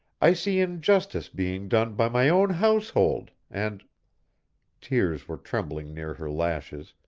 i see injustice being done by my own household, and tears were trembling near her lashes,